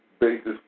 basis